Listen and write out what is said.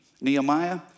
Nehemiah